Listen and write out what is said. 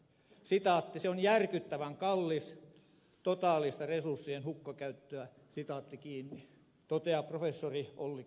se on järkyttävän kallis totaalista resurssien hukkakäyttöä toteaa professori ollikainen